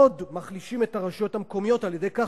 עוד מחלישים את הרשויות המקומיות על-ידי כך